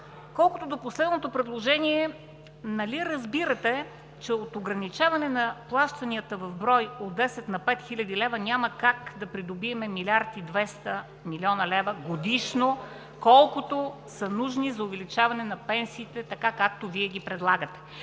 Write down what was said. Колкото до последното предложение, нали разбирате, че от ограничаване на плащанията в брой от 10 хил. на 5 хил. лв. няма как да придобием 1 млрд. 200 млн. лв. годишно, колкото са нужни за увеличаване на пенсиите, както Вие ги предлагате?